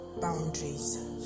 boundaries